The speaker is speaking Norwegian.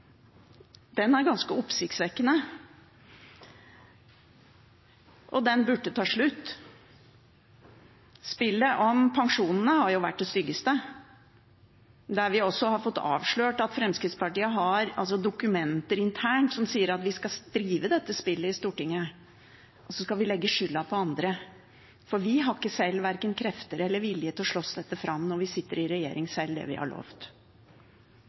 den situasjonen vi har nå, der regjeringspartiene spiller i alle retninger, også i denne salen, er ganske oppsiktsvekkende, og den burde ta slutt. Spillet om pensjonene har vært det styggeste, der vi også har fått avslørt at Fremskrittspartiet har interne dokumenter som sier at de skal drive med dette spillet i Stortinget, og så skal de legge skylden på andre, for de har verken krefter eller vilje selv til å slåss fram det de har lovt, når de selv sitter i